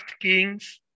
Kings